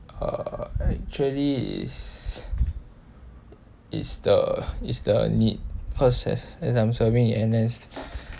uh actually is is the is the need as I'm serving in N_S